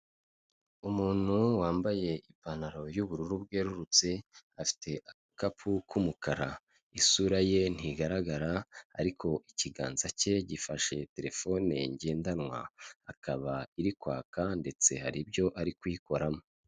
Umuntu wambaye ipantaro y'ubururu bwerurutse, afite agakapu k'umukara. Isura ye ntigaragara ariko ikiganza cye gifashe telefone ngendanwa. Akaba iri kwaka ndetse hari ibyo ari kuyikoramo.